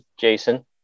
Jason